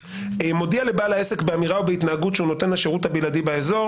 "מודיע לבעל העסק באמירה או בהתנהגות שהוא נותן השירות הבלעדי באזור".